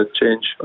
change